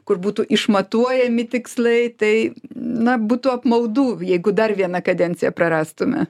kur būtų išmatuojami tikslai tai na būtų apmaudu jeigu dar vieną kadenciją prarastume